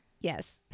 Yes